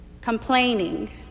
complaining